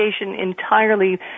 entirely